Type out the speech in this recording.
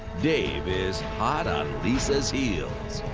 dave is hot on lisa's heels.